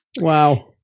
Wow